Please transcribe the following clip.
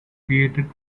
created